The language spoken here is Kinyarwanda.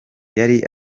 yari